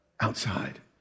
Outside